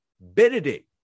Benedict